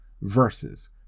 versus